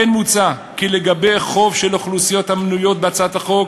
כמו כן מוצע כי לגבי חוב של אוכלוסיות המנויות בהצעת החוק